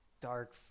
dark